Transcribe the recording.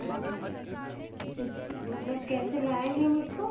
आ रहा हूँ किस मतलब कैसे लाएँगे हम उसको